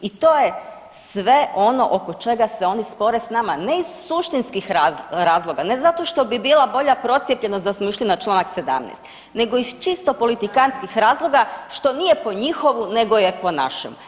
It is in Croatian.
I to je sve ono oko čega se oni spore s nama, ne iz suštinskih razloga ne zato što bi bila bolja procijepljenost da smo išli na čl. 17. nego iz čisto politikantskih razloga što nije po njihovu nego je po našem.